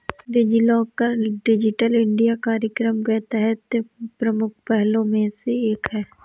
DigiLocker digital India कार्यक्रम के तहत प्रमुख पहलों में से एक है